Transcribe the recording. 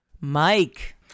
Mike